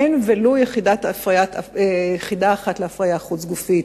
אין ולו יחידה אחת להפריה חוץ-גופית,